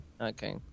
Okay